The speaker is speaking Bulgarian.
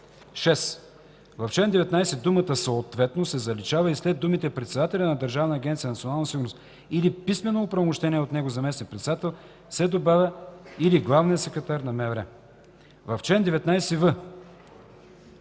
6. В чл. 19 думата „съответно” се заличава и след думите „председателят на Държавна агенция „Национална сигурност” или писмено оправомощеният от него заместник-председател” се добавя „или главният секретар на МВР.” 7. В